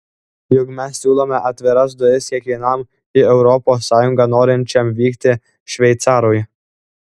juk mes siūlome atviras duris kiekvienam į europos sąjungą norinčiam vykti šveicarui